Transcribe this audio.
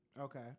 Okay